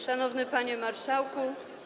Szanowny Panie Marszałku!